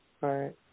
Right